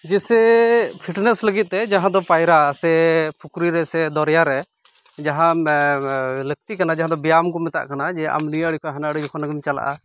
ᱡᱮᱥᱮ ᱯᱷᱤᱴᱱᱮᱥ ᱞᱟᱹᱜᱤᱫᱛᱮ ᱯᱟᱭᱨᱟ ᱥᱮ ᱯᱩᱠᱷᱨᱤᱨᱮ ᱥᱮ ᱫᱚᱨᱭᱟ ᱨᱮ ᱡᱟᱦᱟᱸ ᱞᱟᱹᱠᱛᱤ ᱠᱟᱱᱟ ᱡᱟᱦᱟᱸ ᱫᱚ ᱵᱮᱭᱟᱢ ᱠᱚ ᱢᱮᱛᱟ ᱠᱟᱱᱟ ᱡᱮ ᱟᱢ ᱱᱤᱭᱟᱹ ᱟᱹᱲᱤ ᱠᱷᱚᱱ ᱦᱟᱱᱟ ᱟᱹᱲᱤ ᱡᱚᱠᱷᱚᱱ ᱜᱮᱢ ᱪᱟᱞᱟᱼᱟ